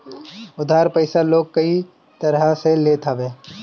उधार पईसा लोग कई तरही से लेत हवे